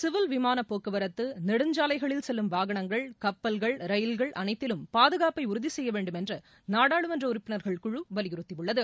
civil விமான போக்குவரத்து நெடுஞ்சாலைகளில் செல்லும் வாகனங்கள் கப்பல்கள் ரயில்கள் அளைத்திலும் பாதுகாப்பை உறுதி செய்ய வேண்டுமென்று நாடாளுமன்ற உறுப்பினர்கள் குழு வலியுறுத்தியுள்ளது